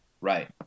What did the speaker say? Right